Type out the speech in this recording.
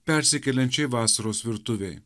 persikeliančioj vasaros virtuvėj